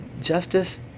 Justice